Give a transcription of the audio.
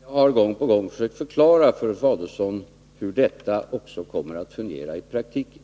Herr talman! Jag har gång på gång försökt förklara för Ulf Adelsohn hur detta också kommer att fungera i praktiken.